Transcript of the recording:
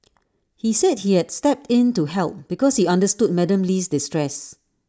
he said he had stepped in to help because he understood Madam Lee's distress